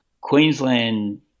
Queensland